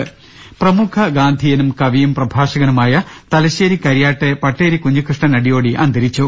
്്്്്്്്് പ്രമുഖ ഗാന്ധിയനും കവിയും പ്രഭാഷകനുമായ തലശ്ശേരി കരിയാട്ടെ പട്ടേരി കുഞ്ഞികൃഷ്ണൻ അടിയോടി അന്തരിച്ചു